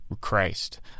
Christ